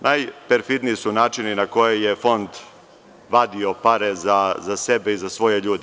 Najperfidniji su načini na koje je Fond vadio pare za sebe i za svoje ljude.